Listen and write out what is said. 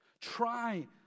Try